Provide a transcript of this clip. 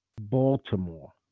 Baltimore